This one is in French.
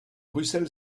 russell